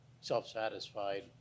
self-satisfied